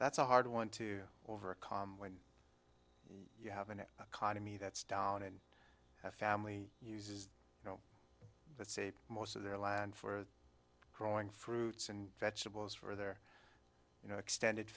that's a hard one to over a calm when you have an economy that's down and a family uses you know let's say most of their land for growing fruits and vegetables for their you know extended